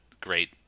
great